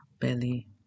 belly